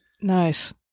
Nice